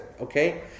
Okay